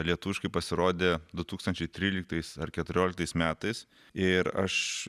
lietuviškai pasirodė du tūkstančiai tryliktais ar keturioliktais metais ir aš